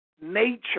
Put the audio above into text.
nature